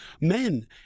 men